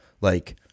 like-